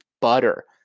butter